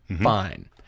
Fine